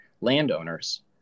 landowners